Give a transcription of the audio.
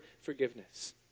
forgiveness